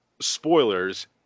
spoilers